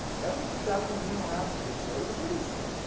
every seven amino acids or so, there was a leucine.